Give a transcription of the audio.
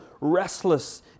restless